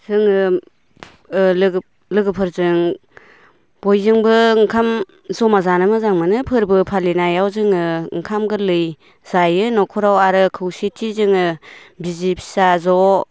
जोङो ओ लोगो लोगोफोरजों बयजोंबो ओंखाम जमा जानो मोजां मोनो फोरबो फालिनायाव जोङो ओंखाम गोरलै जायो न'खराव आरो खौसेथि जोङो बिसि फिसा ज'